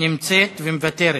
נמצאת ומוותרת.